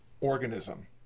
organism